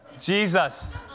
Jesus